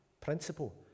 principle